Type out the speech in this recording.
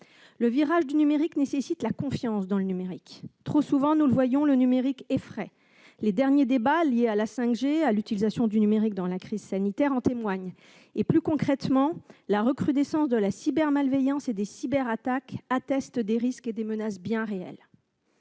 Le virage du numérique exige la confiance dans le numérique. Trop souvent, nous le voyons, le numérique effraie. Les derniers débats liés à la 5G et à l'utilisation du numérique dans la crise sanitaire en témoignent. Plus concrètement, la recrudescence de la cybermalveillance et des cyberattaques atteste de risques et de menaces bien réels.